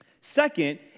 Second